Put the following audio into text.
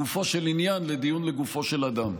לגופו של עניין, לדיון לגופו של אדם.